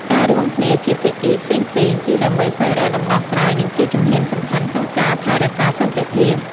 ការរួមគ្នាជាភាគីផ្សេងៗ គឺដើម្បីស្វែងរកដំណោះស្រាយ និងជាជំហានសំខាន់ក្នុងការថែរក្សាសន្តិភាព។